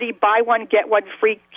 buy-one-get-one-free